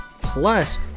Plus